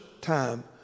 time